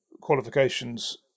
qualifications